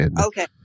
Okay